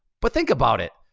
but think about it.